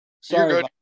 Sorry